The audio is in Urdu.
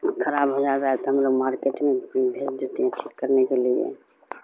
خراب ہو جاتا تو ہم لوگ مارکیٹ میں بھیج دیتے ہیں ٹھیک کرنے کے لیے